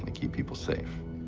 ah keep people safe.